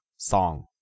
song